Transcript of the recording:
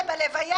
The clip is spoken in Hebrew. בלוויה